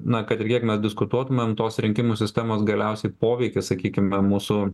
na kad ir kiek mes diskutuotumėm tos rinkimų sistemos galiausiai poveikis sakykim be mūsų